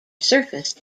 surface